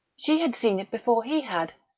she had seen it before he had.